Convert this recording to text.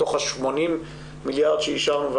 מתוך ה-80 מיליארד שאישרנו,